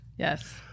Yes